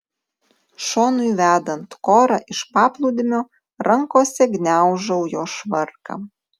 šonui vedant korą iš paplūdimio rankose gniaužau jo švarką